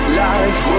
life